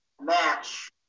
match